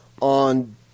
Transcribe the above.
on